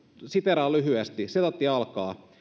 siteeraan lyhyesti